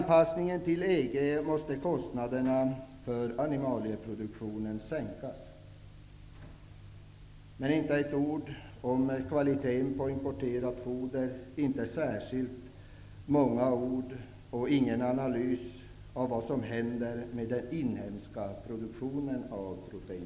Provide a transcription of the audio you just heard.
I anpassningen till EG måste kostnaderna för animalieproduktionen sänkas. Jordbruksministern säger inte ett ord om kvaliteten på importerat foder, och han säger inte särskilt många ord om -- och gör ingen analys av -- vad som händer med den inhemska produktionen av proteinfoder.